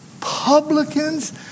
publicans